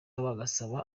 bagasaba